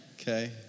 Okay